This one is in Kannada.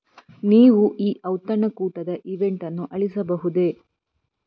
ನೀವು ಈ ಔತಣ ಕೂಟದ ಇವೆಂಟನ್ನು ಅಳಿಸಬಹುದೇ